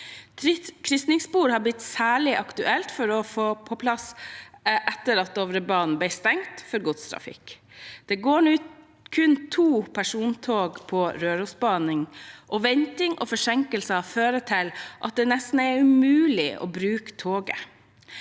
Krysningsspor har blitt særlig aktuelt å få på plass etter at Dovrebanen ble stengt for godstrafikk. Det går nå kun to persontog på Rørosbanen, og venting og forsinkelser fører til at det nesten er umulig å bruke toget.